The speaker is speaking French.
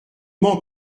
m’en